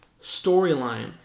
storyline